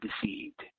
deceived